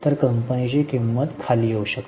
तर कंपनीची किंमत खाली येऊ शकते